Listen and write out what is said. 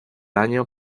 año